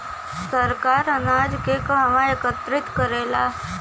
सरकार अनाज के कहवा एकत्रित करेला?